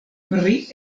pri